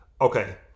Okay